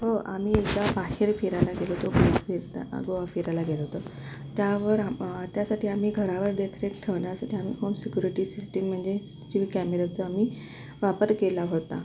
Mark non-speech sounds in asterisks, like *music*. हो आम्ही एकदा बाहेर फिरायला गेलो होतो *unintelligible* गोवा फिरायला गेलो होतो त्यावर आ त्यासाठी आम्ही घरावर देखरेख ठेवण्यासाठी आम्ही होम सिक्युरिटी सिस्टीम म्हणजे सी सी टी वी कॅमेऱ्याचा आम्ही वापर केला होता